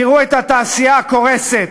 תראו את התעשייה הקורסת,